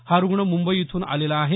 हा रूग्ण मुंबई इथून आलेला आहे